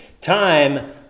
Time